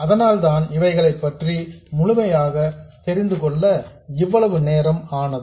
அதனால்தான் இவைகளை பற்றி முழுமையாக தெரிந்துகொள்ள இவ்வளவு நேரம் ஆனது